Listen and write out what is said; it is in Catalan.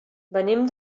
venim